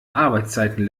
arbeitszeiten